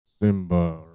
Simba